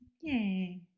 Yay